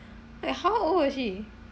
wait how old is she